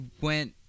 went